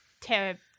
terrible